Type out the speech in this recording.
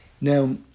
Now